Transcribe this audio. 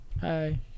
Hi